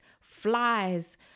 flies